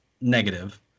negative